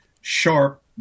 sharp